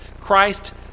Christ